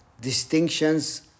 distinctions